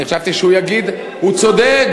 אני חשבתי שהוא יגיד: הוא צודק,